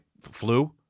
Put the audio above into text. flu